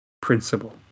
Principle